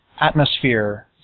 atmosphere